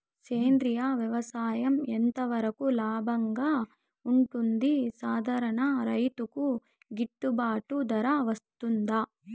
సేంద్రియ వ్యవసాయం ఎంత వరకు లాభంగా ఉంటుంది, సాధారణ రైతుకు గిట్టుబాటు ధర వస్తుందా?